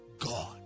God